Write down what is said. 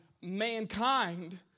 mankind